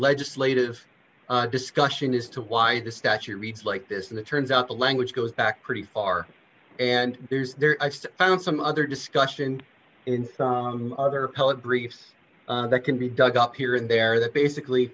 legislative discussion as to why the statute reads like this and it turns out the language goes back pretty far and there's some other discussion in other briefs that can be dug up here and there that basically